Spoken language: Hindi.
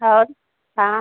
और हाँ